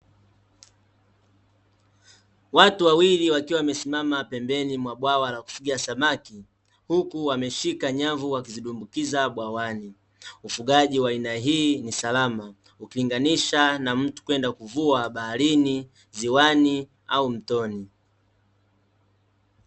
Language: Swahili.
Watu wawili wakiwa wamesimama pembeni mwa bwawa la kufugia samaki, huku wameshika nyavu wakizidumbukiza bwawani. Ufugaji wa aina hii ni salama, ukilinganisha na mtu kwenda kuvua baharini, ziwani au mtoni.